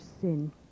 sin